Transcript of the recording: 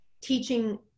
teaching